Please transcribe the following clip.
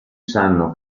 sanno